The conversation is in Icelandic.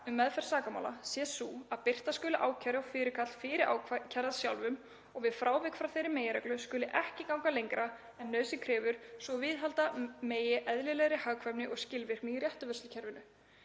um meðferð sakamála sé sú að birta skuli ákæru og fyrirkall fyrir ákærða sjálfum og við frávik frá þeirri meginreglu skuli ekki ganga lengra en nauðsyn krefur svo að viðhalda megi eðlilegri hagkvæmni og skilvirkni í réttarvörslukerfinu.